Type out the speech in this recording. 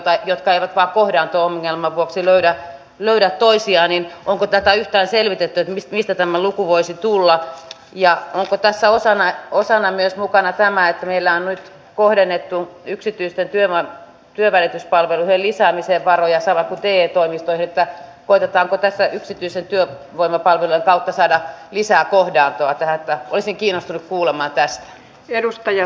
meidän euromme eivät voi kohdata ongelman vuoksi löydä toisia niin onko tätä tule ikinä riittämään ellemme me syö paremmin ja liiku enemmän eli tämä elämä kohdennettu yksityisten viemään työvälityspalveluiden lisäämiseen varoja saavat tietoa levittää odottavat että yksityisen työn voimavarojen kautta saada lisää kärkihanke terveyden edistämiseksi on kuulemma tässä edustaja